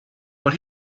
but